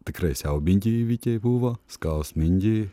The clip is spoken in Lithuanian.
tikrai siaubingi įvykiai buvo skausmingi